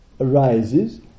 arises